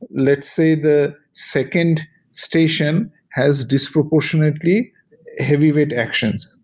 let's say the second station has disproportionately heavyweight actions.